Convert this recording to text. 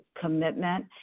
commitment